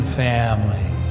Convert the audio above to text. family